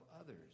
others